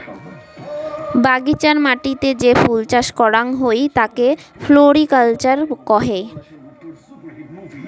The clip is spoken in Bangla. বাগিচার মাটিতে যে ফুল চাস করাং হই তাকে ফ্লোরিকালচার কহে